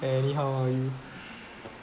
anyhow ah you